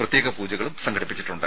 പ്രത്യേക പൂജകളും സംഘടിപ്പിച്ചിട്ടുണ്ട്